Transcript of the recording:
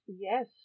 Yes